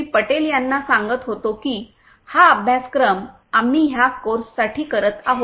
पटेल यांना सांगत होतो की हा अभ्यासक्रम आम्ही ह्या कोर्ससाठी करत आहोत